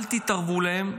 אל תתערבו להם,